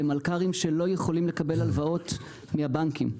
למלכ"רים שלא יכולים לקבל הלוואות מהבנקים.